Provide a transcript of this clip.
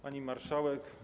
Pani Marszałek!